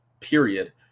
period